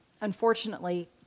Unfortunately